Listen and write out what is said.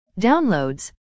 downloads